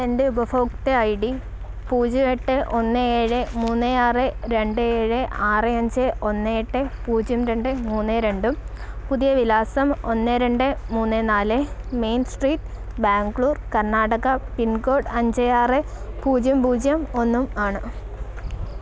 എൻ്റെ ഉപഭോക്തൃ I D പൂജ്യം എട്ട് ഒന്ന് ഏഴ് മൂന്ന് ആറ് രണ്ട് ഏഴ് ആറ് അഞ്ച് ഒന്ന് എട്ട് പൂജ്യം രണ്ട് മൂന്ന് രണ്ടും പുതിയ വിലാസം ഒന്ന് രണ്ട് മൂന്ന് നാല് main street Bangalore Karnataka pin code അഞ്ച് ആറ് പൂജ്യം പൂജ്യം ഒന്നും ആണ്